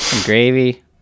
gravy